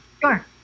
Sure